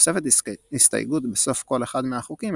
נוספת הסתייגות בסוף כל אחד מהחוקים,